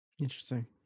Interesting